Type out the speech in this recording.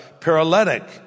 paralytic